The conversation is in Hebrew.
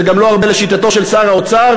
שזה גם לא הרבה לשיטתו של שר האוצר,